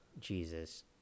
Jesus